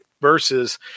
versus